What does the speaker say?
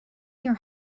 your